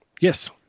Yes